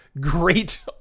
great